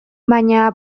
baina